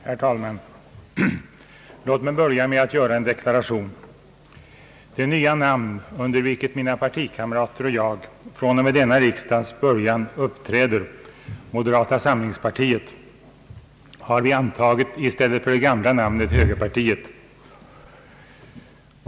Herr talman! Låt mig börja med att göra en deklaration. Det nya namn under vilket mina partikamrater och jag från och med denna riksdags början uppträder — moderata samlingspartiet — har vi antagit i stället för det tidigare namnet högerpartiet.